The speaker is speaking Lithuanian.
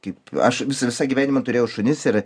kaip aš visą gyvenimą turėjau šunis ir